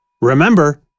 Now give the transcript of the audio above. Remember